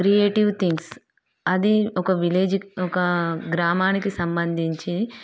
creative things అది ఒక village ఒక గ్రామానికి సంబంధించి